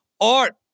Art